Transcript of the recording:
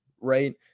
right